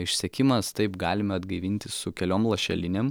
išsekimas taip galime atgaivinti su keliom lašelinėm